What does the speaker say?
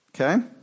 Okay